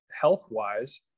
health-wise